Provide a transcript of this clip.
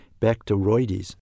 Bacteroides